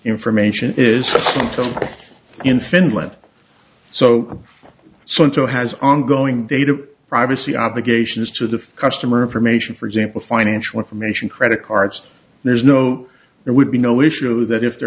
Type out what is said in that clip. information is in finland so so into has ongoing data privacy obligations to the customer information for example financial information credit cards there's no there would be no issue that if there